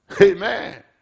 Amen